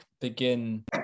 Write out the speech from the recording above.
begin